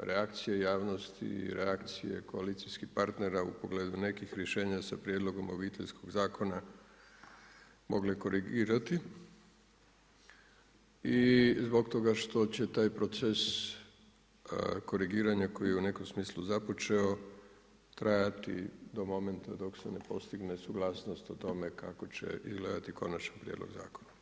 reakcije javnosti i reakcije koalicijskih partnera u pogledu nekih rješenja sa prijedlogom Obiteljskog zakona mogle korigirati i zbog toga što će taj proces korigiranja koji je u nekom smislu započeo trajati do momenta dok se ne postigne suglasnost o tome kako će izgledati konačan prijedlog zakona.